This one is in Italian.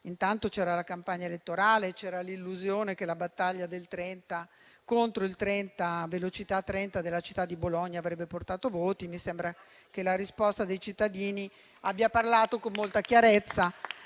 perché c'era la campagna elettorale, e c'era l'illusione che la battaglia contro "velocità 30" della città di Bologna vi avrebbe portato voti; ma mi sembra che la risposta dei cittadini abbia parlato con molta chiarezza.